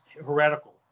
heretical